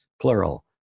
plural